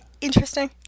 Interesting